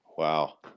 wow